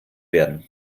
werden